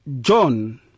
John